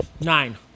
Nine